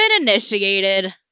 initiated